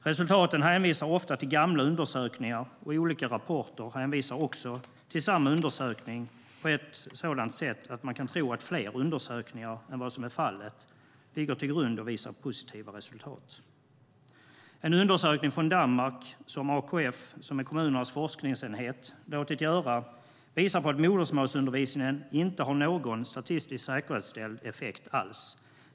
Resultaten hänvisar många gånger till gamla undersökningar, och olika rapporter hänvisar även till samma undersökning på ett sådant sätt att man kan tro att fler undersökningar än vad som är fallet ligger till grund och visar på positiva resultat. En undersökning från Danmark, som kommunernas forskningsenhet AKF låtit göra, visar att modersmålsundervisningen inte har någon som helst statistiskt säkerställd effekt.